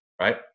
right